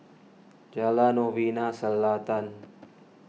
Jalan Novena Selatan